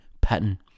pattern